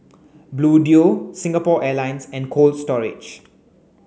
Bluedio Singapore Airlines and Cold Storage